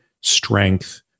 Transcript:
strength